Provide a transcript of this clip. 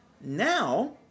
Now